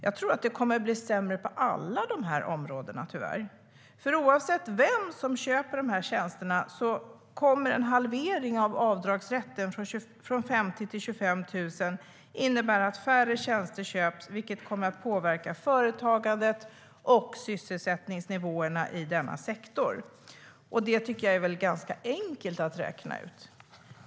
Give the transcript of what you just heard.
Jag tror att det tyvärr kommer att bli sämre på alla dessa områden. Oavsett vem som köper tjänsterna kommer en halvering av avdragsrätten från 50 000 till 25 000 att innebära att färre tjänster köps, vilket kommer att påverka företagandet och sysselsättningsnivån i sektorn. Det tycker jag är ganska enkelt att räkna ut.